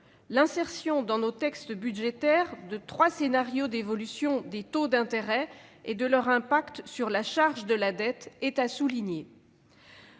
L'insertion dans nos textes budgétaires de trois scénarios d'évolution des taux d'intérêt mesurant leur impact respectif sur la charge de la dette est à souligner.